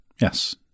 yes